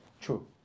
True